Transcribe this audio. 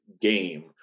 game